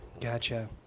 Gotcha